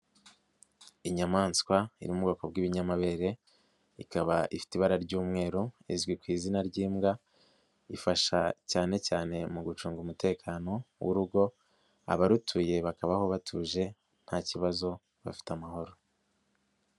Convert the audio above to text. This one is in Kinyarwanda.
Inyamaswa iri mu bwoko bw'ibinyamabere ikaba ifite ibara ry'umweru, izwi ku izina ry'imbwa ifasha cyane cyane mu gucunga umutekano w'urugo abarutuye bakabaho batuje nta kibazo bafite amahoro.